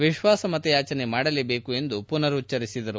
ವಿಶ್ವಾಸಮತಯಾಚನೆ ಮಾಡಲೇಬೇಕು ಎಂದು ಪುನರುಚ್ಚರಿಸಿದರು